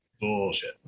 Bullshit